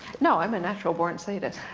no, i'm a natural born saddist.